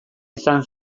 izan